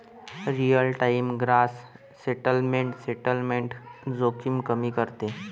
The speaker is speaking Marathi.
real time gross settlement settlement जोखीम कमी करते